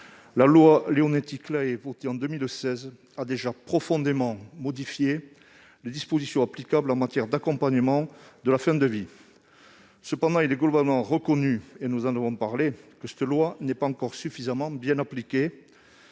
La loi Claeys-Leonetti, votée en 2016, a déjà profondément modifié les dispositions applicables en matière d'accompagnement de la fin de vie. Cependant, il est globalement reconnu que cette loi n'est pas encore suffisamment bien appliquée.